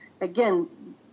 Again